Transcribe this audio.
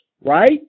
Right